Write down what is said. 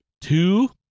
Two